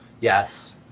Yes